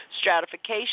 stratification